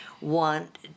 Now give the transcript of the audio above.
want